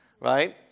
Right